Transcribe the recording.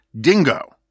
dingo